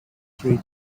three